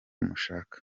mushaka